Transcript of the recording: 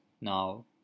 now